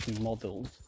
models